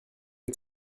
que